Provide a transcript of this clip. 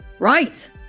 Right